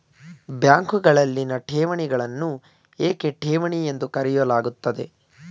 ಬ್ಯಾಂಕುಗಳಲ್ಲಿನ ಠೇವಣಿಗಳನ್ನು ಏಕೆ ಠೇವಣಿ ಎಂದು ಕರೆಯಲಾಗುತ್ತದೆ?